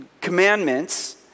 commandments